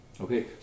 Okay